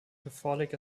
catholic